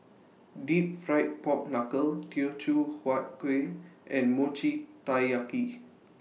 Deep Fried Pork Knuckle Teochew Huat Kuih and Mochi Taiyaki